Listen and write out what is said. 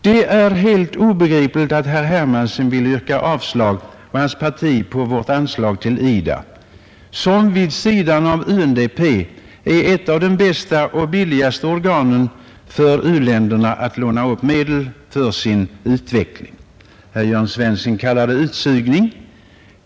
Det är helt obegripligt att herr Hermansson och hans parti yrkar avslag på Sveriges anslag till IDA, som vid sidan av UNDP är ett av de bästa och billigaste organen för u-länderna när det gäller att låna upp medel för sin utveckling. Herr Svensson i Malmö kallar det utsugning.